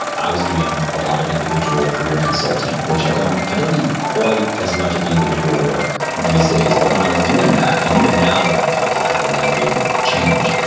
i was doing a lot of individual career consulting, which i don't i don't do quite as much of the individual work these days. but when i was doing that, and even now when i talk to people navigating change,